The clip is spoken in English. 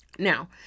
Now